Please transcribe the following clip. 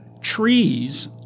trees